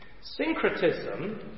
Syncretism